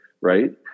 Right